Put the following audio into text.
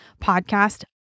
podcast